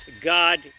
God